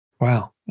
Wow